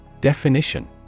Definition